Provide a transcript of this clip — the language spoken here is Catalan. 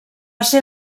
ser